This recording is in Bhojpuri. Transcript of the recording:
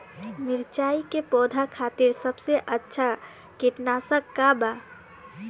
मिरचाई के पौधा खातिर सबसे अच्छा कीटनाशक का बा?